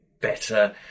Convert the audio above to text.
better